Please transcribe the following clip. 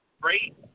great